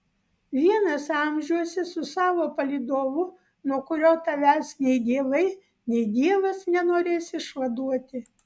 vienas amžiuose su savo palydovu nuo kurio tavęs nei dievai nei dievas nenorės išvaduoti